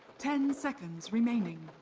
ten seconds remaining.